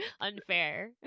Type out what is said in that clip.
unfair